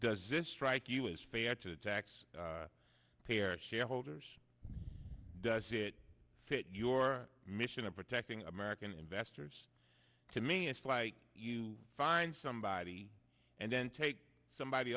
does this strike you as fair to the tax payer shareholders does it fit your mission of protecting american investors to me it's like you find somebody and then take somebody